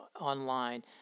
online